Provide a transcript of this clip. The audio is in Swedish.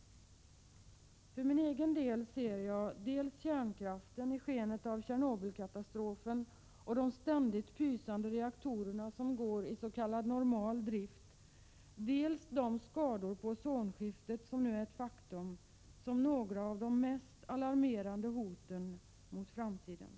För egen del ser jag dels kärnkraften, i skenet av Tjernobylkatastrofen och de ständigt pysande reaktorerna, som går i s.k. normal drift, dels de skador på ozonskiktet som nu är ett faktum som några av de mest alarmerande hoten mot framtiden.